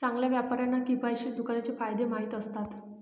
चांगल्या व्यापाऱ्यांना किफायतशीर दुकानाचे फायदे माहीत असतात